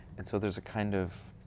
and so there's a kind of,